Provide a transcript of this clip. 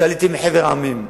שעליתם מחבר המדינות,